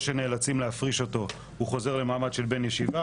או שנאלצים להפריש אותו הוא חוזר למעמד של בן ישיבה.